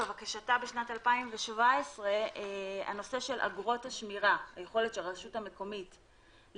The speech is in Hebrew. בבקשתה בשנת 2017 בנושא אגרות השמירה היכולת של חלק